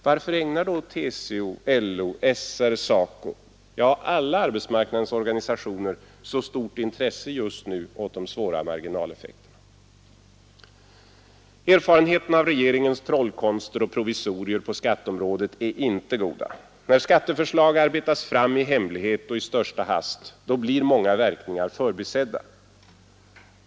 Varför ägnar då LO, TCO, SR, SACO ja alla arbetsmarknadens organisationer — så stort intresse just nu åt de svåra marginaleffekterna? Erfarenheterna av regeringens trollkonster och provisorier på skatteområdet är inte goda. När skatteförslag arbetas fram i hemlighet och i största hast blir många verkningar förbisedda.